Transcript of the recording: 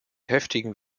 heftigen